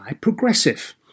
Progressive